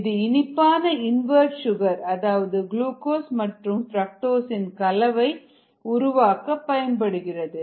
இது இனிப்பான invert sugar அதாவது குளுகோஸ் மற்றும் பிரக்டோஸ் இன் கலவை உருவாக்க பயன்படுகிறது